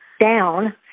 down